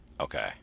okay